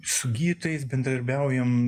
su gydytojais bendradarbiaujam